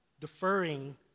deferring